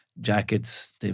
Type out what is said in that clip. Jackets